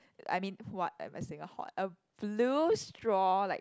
I mean what am I saying a hot a blue straw like